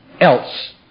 else